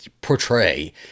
portray